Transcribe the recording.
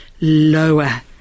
Lower